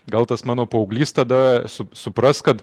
gal tas mano paauglys tada supras kad